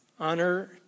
honor